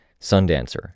Sundancer